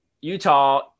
Utah